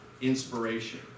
inspiration